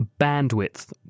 bandwidth